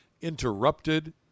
interrupted